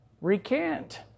recant